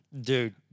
Dude